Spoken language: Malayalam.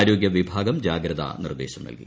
ആരോഗ്യ വിഭാഗം ജാഗ്രതാ നിർദേശം നൽകി